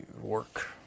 work